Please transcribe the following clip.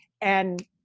and-